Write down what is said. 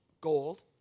gold